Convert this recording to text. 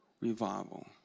Revival